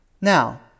Now